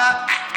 אבל אה, אה, אה.